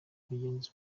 mugenzi